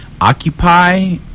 Occupy